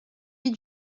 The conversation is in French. lui